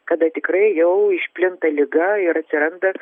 kada tikrai jau išplinta liga ir atsiranda